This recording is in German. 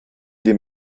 dem